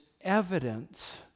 evidence